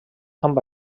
amb